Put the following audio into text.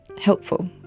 helpful